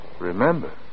Remember